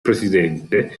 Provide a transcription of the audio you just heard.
presidente